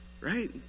right